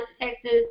Texas